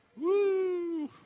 Woo